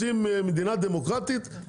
אתם רוצים מדינה דמוקרטית?